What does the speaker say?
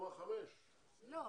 הוא אמר 5. לא,